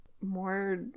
more